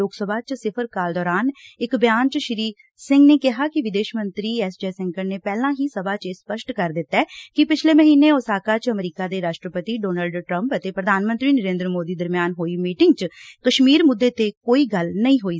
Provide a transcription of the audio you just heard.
ਲੋਕ ਸਭਾ ਚ ਸਿਫਰ ਕਾਲ ਦੌਰਾਨ ਇਕ ਬਿਆਨ ਚ ਸ੍ਰੀ ਸਿੰਘ ਨੇ ਕਿਹਾ ਕਿ ਵਿਦੇਸ਼ ਮੰਤਰੀ ਐਸ ਜੈਸੰਕਰ ਨੇ ਪਹਿਲਾਂ ਹੀ ਸਭਾ ਚ ਇਹ ਸਪਸ਼ਟ ਕਰ ਦਿੱਤੈ ਕਿ ਪਿਛਲੇ ਮਹੀਨੇ ਓਸਾਕਾ ਚ ਅਮਰੀਕਾ ਦੇ ਰਾਸ਼ਟਰਪਤੀ ਡੋਨਲਡ ਟਰੰਪ ਅਤੇ ਪ੍ਰਧਾਨ ਮੰਤਰੀ ਨਰੇਂਦਰ ਮੋਦੀ ਦਰਮਿਆਨ ਹੋਈ ਮੀਟਿੰਗ ਚ ਕਸ਼ਮੀਰ ਮੁੱਦੇ ਤੇ ਕੋਈ ਗੱਲ ਨਹੀਂ ਹੋਈ